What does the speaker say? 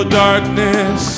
darkness